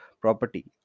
property